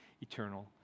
eternal